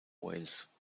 wales